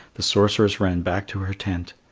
the sorceress ran back to her tent,